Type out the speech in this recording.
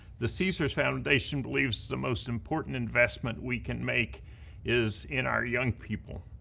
the caesars foundation believes the most important investment we can make is in our young people.